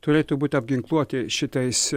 turėtų būti apginkluoti šitais